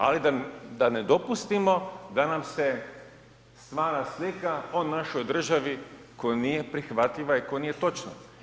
Ali da ne dopustimo da nam se stvara slika o našoj državi koja nije prihvatljiva i koja nije točna.